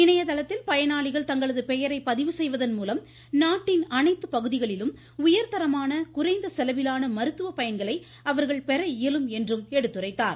இணையதளத்தில் பயனாளிகள் தங்களது பெயரை பதிவுசெய்வதன் மூலம் நாட்டின் அனைத்து பகுதிகளிலும் உயர்தரமான குறைந்த செலவிலான மருத்துவ பயன்களை அவர்கள் பெற இயலும் என்று எடுத்துரைத்தார்